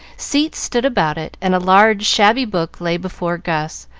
seats stood about it, and a large, shabby book lay before gus,